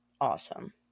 awesome